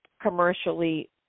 commercially